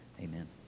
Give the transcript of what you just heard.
Amen